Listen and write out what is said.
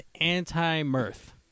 anti-Mirth